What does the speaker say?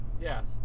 Yes